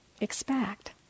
expect